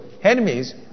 enemies